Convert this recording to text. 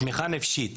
התמיכה הנפשית